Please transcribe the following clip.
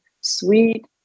sweet